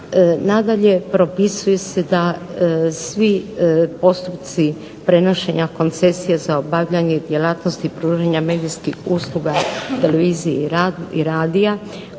Nadalje, propisuje se da svi postupci prenošenja koncesije za obavljanje djelatnosti pružanja medijskih usluga, televizije i radija